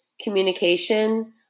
communication